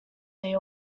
they